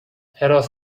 حراست